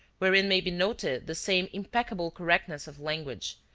wherein may be noted the same impeccable correctness of language,